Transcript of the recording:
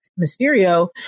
mysterio